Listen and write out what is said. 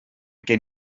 gen